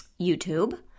YouTube